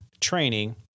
training